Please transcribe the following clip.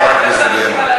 לא סיימתי.